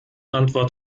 antwort